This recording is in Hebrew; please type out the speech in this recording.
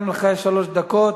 גם לך יש שלוש דקות.